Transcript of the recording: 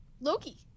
loki